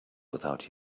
without